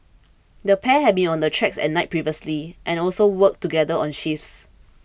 the pair had been on the tracks at night previously and also worked together on shifts